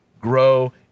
grow